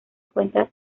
cuenta